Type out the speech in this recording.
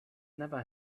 never